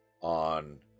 on